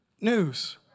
news